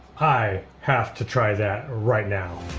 i have to try that right now.